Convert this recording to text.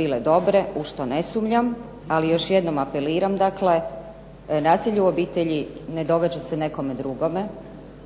bile dobre, u što ne sumnjam. Ali još jednom apeliram dakle nasilje u obitelj ne događa se nekome drugome